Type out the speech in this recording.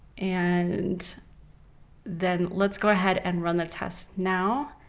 and then let's go ahead and run the test now.